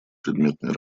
предметной